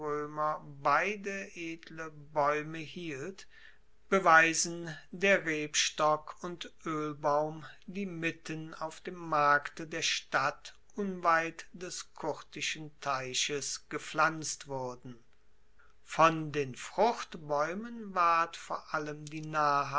beide edle baeume hielt beweisen der rebstock und oelbaum die mitten auf dem markte der stadt unweit des curtischen teiches gepflanzt wurden von den fruchtbaeumen ward vor allem die